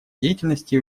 деятельности